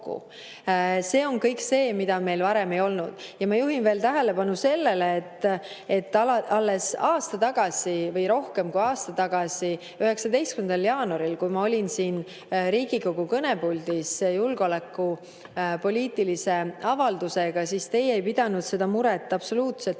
See on kõik see, mida meil varem ei olnud. Ma juhin veel tähelepanu sellele, et alles aasta või rohkem kui aasta tagasi, 19. jaanuaril, kui ma olin siin Riigikogu kõnepuldis julgeolekupoliitilise avaldusega, siis teie ei pidanud seda muret absoluutselt